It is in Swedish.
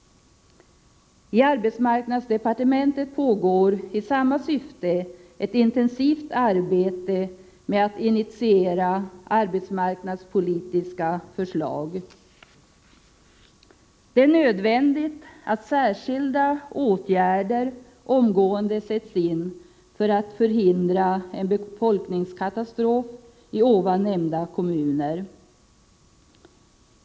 I arbetsmarknadsdepartementet pågår i samma syfte ett intensivt arbete med att initiera arbetsmarknadspolitiska förslag. Det är nödvändigt att särskilda åtgärder omgående vidtas för att förhindra en befolkningskatastrof i här nämnda kommuner.